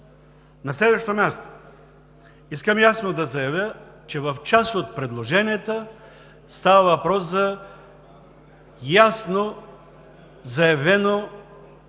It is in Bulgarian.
На следващо място, искам да заявя, че в част от предложенията става въпрос за ясно заявен опит